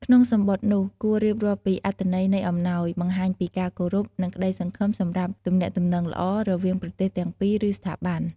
ក្នុងសំបុត្រនោះ គួររៀបរាប់ពី អត្ថន័យនៃអំណោយ បង្ហាញពី ការគោរព និងក្តីសង្ឃឹមសម្រាប់ទំនាក់ទំនងល្អ រវាងប្រទេសទាំងពីរ ឬស្ថាប័ន។